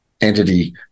entity